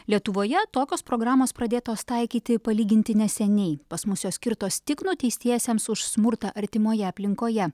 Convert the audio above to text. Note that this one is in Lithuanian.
lietuvoje tokios programos pradėtos taikyti palyginti neseniai pas mus jos skirtos tik nuteistiesiems už smurtą artimoje aplinkoje